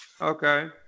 Okay